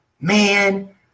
man